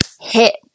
hit